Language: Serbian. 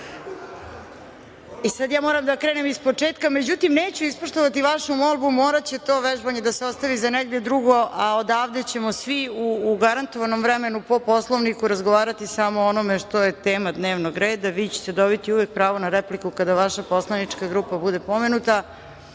Sada ja moram da krenem ispočetka. Međutim, neću ispoštovati vašu molbu, moraće to vežbanje da se ostavi za negde drugo, a odavde ćemo svi u garantovanom vremenom po Poslovniku razgovarati samo o onome što je tema dnevnog reda. Vi ćete uvek dobiti pravo na repliku kada vaša poslanička grupa bude pomenuta. Kolega